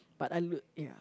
but I look ya